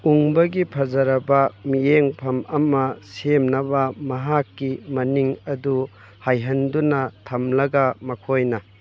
ꯎꯪꯕꯒꯤ ꯐꯖꯔꯕ ꯃꯤꯠꯌꯦꯡꯐꯝ ꯑꯃ ꯁꯦꯝꯅꯕ ꯃꯍꯥꯛꯀꯤ ꯃꯅꯤꯡ ꯑꯗꯨ ꯍꯥꯏꯍꯟꯗꯨꯅ ꯊꯝꯂꯒ ꯃꯈꯣꯏꯅ